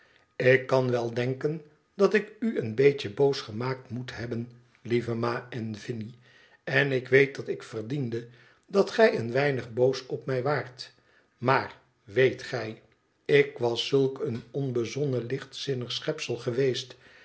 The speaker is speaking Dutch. ik kan wel denken dat ik u een beetje boos gemaakt moet hebben lieve ma en vinie en ik weet dat ik verdiende dat gij een weinig boos op mij waart maar weet gij ik was zulk een onbezonnen lichtzinnig schepsel geweest